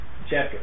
chapter